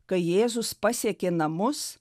kai jėzus pasiekė namus